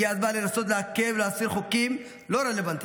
הגיע הזמן לנסות להקל ולהסיר חוקים לא רלוונטיים,